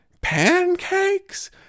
pancakes